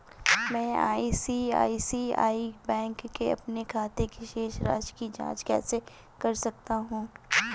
मैं ICICI bank के अपने खाते की शेष राशि की जाँच कैसे कर सकता हूँ?